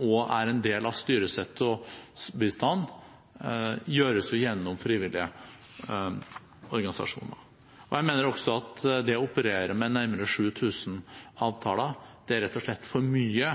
og er en del av styresettbistand, gjøres gjennom frivillige organisasjoner. Jeg mener også at det å operere med nærmere 7 000 avtaler er rett og slett for mye